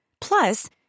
Plus